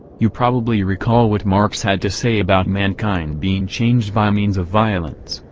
you probably recall what marx had to say about mankind being changed by means of violence,